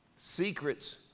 Secrets